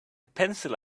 pencil